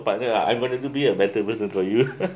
partner uh I'm gonna to be a better person for you